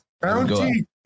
bounty